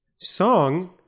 song